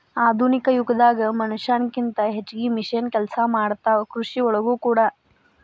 ಆಧುನಿಕ ಯುಗದಾಗ ಮನಷ್ಯಾನ ಕಿಂತ ಹೆಚಗಿ ಮಿಷನ್ ಕೆಲಸಾ ಮಾಡತಾವ ಕೃಷಿ ಒಳಗೂ ಕೂಡಾ